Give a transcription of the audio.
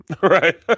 Right